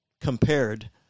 compared